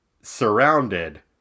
surrounded